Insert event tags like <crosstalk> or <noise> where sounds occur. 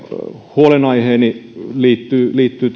huolenaiheeni liittyy liittyy <unintelligible>